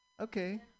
Okay